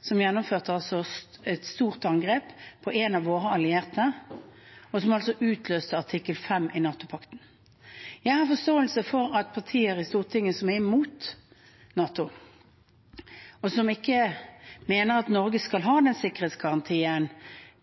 som gjennomførte et stort angrep på en av våre allierte, og som utløste artikkel 5 i NATO-pakten. Jeg har forståelse for at partier i Stortinget som er imot NATO, og som ikke mener at Norge skal ha den sikkerhetsgarantien